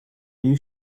you